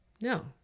no